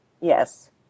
Yes